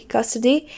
Custody